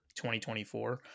2024